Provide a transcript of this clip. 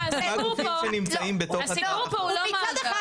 הסיפור פה הוא לא מאגר.